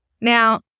Now